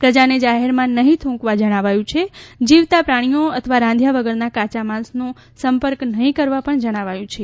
પ્રજાને જાહેરમાં નહીં થ્રંકવા જણાવાયું છે જીવતા પ્રાણીઓ અથવા રાંધ્યા વગરનું કાયા માંસનો સંપર્ક નહીં કરવા પણ જણાવાયું છે